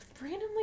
randomly